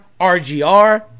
RGR